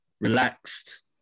relaxed